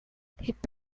hip